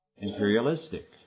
imperialistic